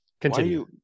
continue